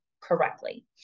correctly